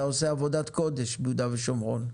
אתה עושה עבודת קודש ביהודה ושומרון,